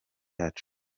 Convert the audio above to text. yacu